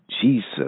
jesus